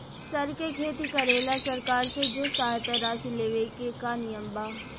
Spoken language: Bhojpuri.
सर के खेती करेला सरकार से जो सहायता राशि लेवे के का नियम बा?